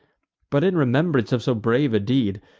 but, in remembrance of so brave a deed,